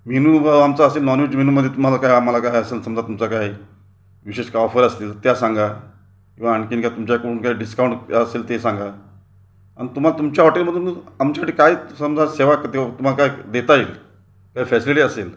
म्हीनू व आमचा असेल नॉनवेज मेनूमध्ये तुम्हाला काय आम्हाला काय असेल समजा तुमचा काय विशेष काय ऑफर असतील त्या सांगा किंवा आणखीन काय तुमच्याकडून काय डिस्काऊंट असेल ते सांगा अन् तुमा तुमच्या हॉटेलमधून आमच्यासाठी काय समजा सेवाक् देऊ तुम्हाला काय देता येईल काय फॅसिलीटी असेल